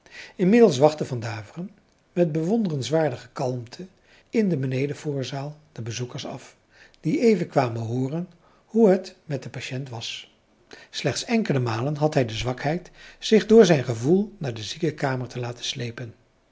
haverschmidt familie en kennissen voorzaal de bezoekers af die even kwamen hooren hoe het met de patient was slechts enkele malen had hij de zwakheid zich door zijn gevoel naar de ziekenkamer te laten slepen